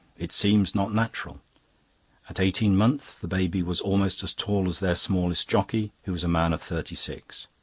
it seems not natural at eighteen months the baby was almost as tall as their smallest jockey, who was a man of thirty-six.